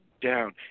down